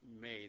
main